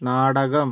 നാടകം